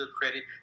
credit